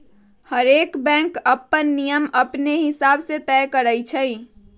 हरएक बैंक अप्पन नियम अपने हिसाब से तय करई छई